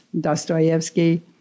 Dostoevsky